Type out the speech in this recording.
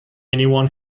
anyone